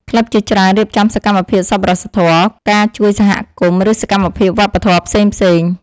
ក្លឹបជាច្រើនរៀបចំសកម្មភាពសប្បុរសធម៌ ការជួយសហគមន៍ ឬសកម្មភាពវប្បធម៌ផ្សេងៗ